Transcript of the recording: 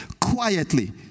quietly